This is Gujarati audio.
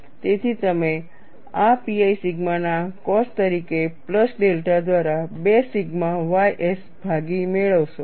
તેથી તમે આ pi સિગ્મા ના cos તરીકે પ્લસ ડેલ્ટા દ્વારા 2 સિગ્મા ys ભાગી મેળવશો